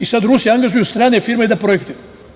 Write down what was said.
I sad Rusi angažuju strane firme da projektuju.